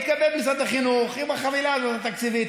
יתכבד משרד החינוך עם החבילה התקציבית,